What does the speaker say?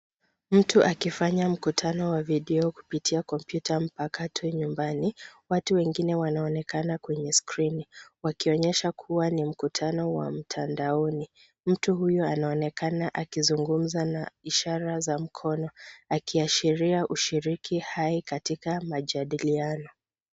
Mtu akifanya mkutano wa video kupitia kompyuta mpakato nyumbani. Watu wengine wanaonekana kwenye skrini wakionyesha kuwa ni mkutano wa mtandaoni. Mtu huyu anaonekana akizungumza na ishara za mkono akiashiria ushirki hai katika majadiliano.